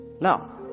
Now